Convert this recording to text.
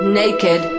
naked